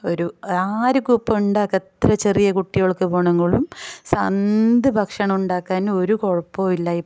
ഒരു ആർക്കും ഇപ്പോൾ ഉണ്ടാക്കാൻ എത്ര ചെറിയ കുട്ടികൾക്ക് വേണമെങ്കിലും സ എന്ത് ഭക്ഷണം ഉണ്ടാക്കാനും ഒരു കുഴപ്പമില്ല ഇപ്പോൾ